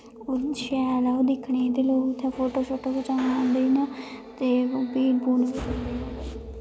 ओह् शैल ऐ ओह् दिक्खने गी ते लोग इत्थें फोटो शोटो खचान आंदे न ते पीन पून